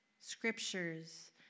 scriptures